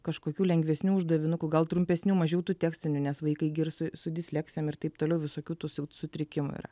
kažkokių lengvesnių uždavinukų gal trumpesnių mažiau tų tekstinių nes vaikai gi ir su su disleksijom ir taip toliau visokių tų silp sutrikimų yra